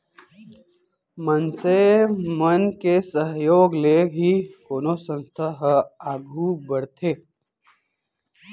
मनसे मन के सहयोग ले ही कोनो संस्था ह आघू बड़थे